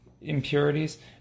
impurities